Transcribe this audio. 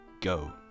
go